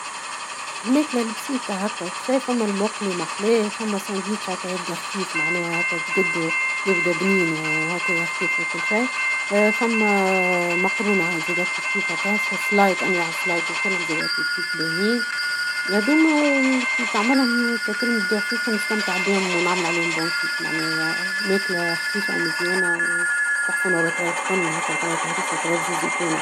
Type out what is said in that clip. الماكلة البسيطة هكا وكل شيء ، فما المقلي محلاه ، فما الساندويش هكا يبدى خفيف معناها هكا تقدو يبدى بنين وهكا يخفاف وكل شي، فما المقرونة عندك زادة كيف كيف بنينة ، السلايط أنواع السلايط الكل زادة كامل باهيين ، هذوما كي تعملهم تاكلهم يبداو خفيف ، ونستمتع بيهم ونعمل عليهم ، معناها ماكلة خفيفة ومزيانة وتحفونة ، طريف تونة ، طرية هرية ، وطرية زيت زيتونة